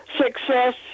success